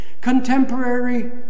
Contemporary